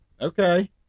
Okay